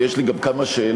ויש לי גם כמה שאלות,